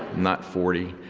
not forty.